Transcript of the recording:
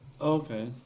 Okay